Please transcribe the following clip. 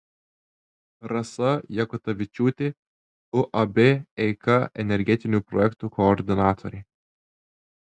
rasa jakutavičiūtė uab eika energetinių projektų koordinatorė